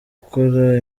gukora